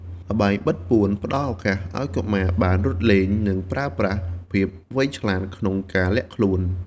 ល្បែងបិទពួនផ្ដល់ឱកាសឲ្យកុមារបានរត់លេង និងប្រើប្រាស់ភាពវៃឆ្លាតក្នុងការលាក់ខ្លួន។